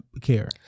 care